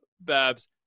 Babs